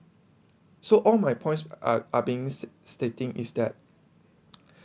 so all my points are are beings stating is that